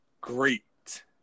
great